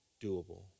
doable